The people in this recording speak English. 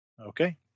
Okay